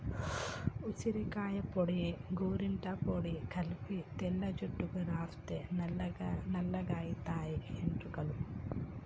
ఉసిరికాయ పొడి గోరింట పొడి కలిపి తెల్ల జుట్టుకు రాస్తే నల్లగాయితయి ఎట్టుకలు